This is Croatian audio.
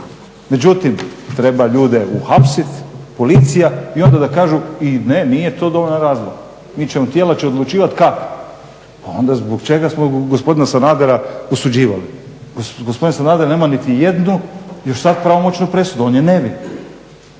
Međutim, treba ljude uhapsiti policija i onda da kažu i ne, nije to dovoljan razlog. Tijela će odlučivati kad. Pa onda zbog čega smo gospodina Sanadera osuđivali. Gospodin Sanader nema niti jednu još sad pravomoćnu presudu, on je nevin.